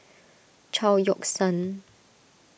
Chao Yoke San